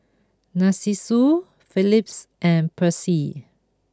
Narcissus Phillips and Persil